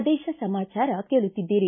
ಪ್ರದೇಶ ಸಮಾಚಾರ ಕೇಳುತ್ತಿದ್ದೀರಿ